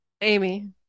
Amy